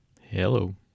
Hello